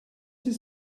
his